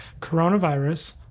coronavirus